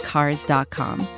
Cars.com